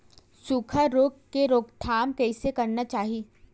सुखा रोग के रोकथाम कइसे करना चाही?